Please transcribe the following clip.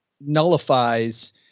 nullifies